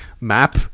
map